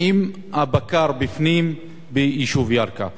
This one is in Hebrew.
עם הבקר בפנים ביישוב ירכא.